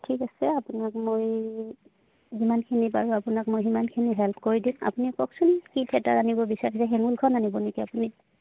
ঠিক আছে আপোনাক মই যিমানখিনি পাৰো আপোনাক মই সিমানখিনি হেল্প কৰি দিম আপুনি কওকচোন কি থিয়েটাৰ আনিব বিচাৰি হেঙুলখন আনিব নেকি আপুনি